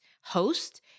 host